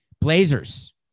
Blazers